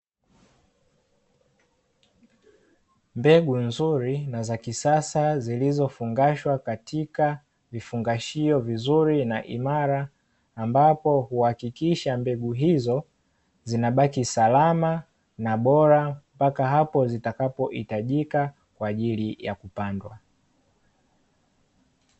Mbegu nzuri na za kisasa, zilizofungashwa katika vifungashio vizuri na imara, ambapo huakikisha mbegu hizo zinabaki salama na bora mpaka hapo zitakapohitajika, kwa ajili ya kupandwa.